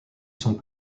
sont